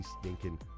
stinking